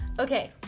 Okay